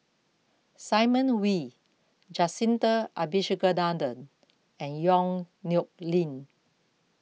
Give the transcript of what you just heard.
Simon Wee Jacintha Abisheganaden and Yong Nyuk Lin